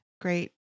great